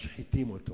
משחיתים אותו,